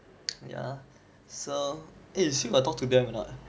ya so eh you still got talk to them or not